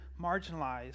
marginalized